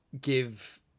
Give